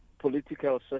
political